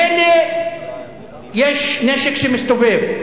מילא יש נשק שמסתובב,